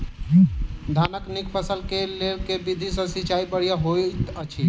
धानक नीक फसल केँ लेल केँ विधि सँ सिंचाई बढ़िया होइत अछि?